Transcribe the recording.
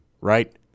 right